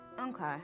Okay